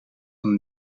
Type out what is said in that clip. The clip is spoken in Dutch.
van